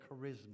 charisma